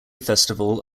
festival